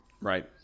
Right